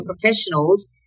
professionals